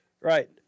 right